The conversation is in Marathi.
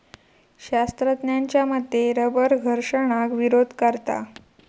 शास्त्रज्ञांच्या मते रबर घर्षणाक विरोध करता